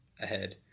ahead